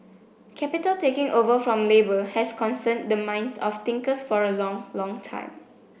capital taking over from labour has concerned the minds of thinkers for a long long time